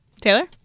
Taylor